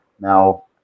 Now